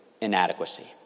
inadequacy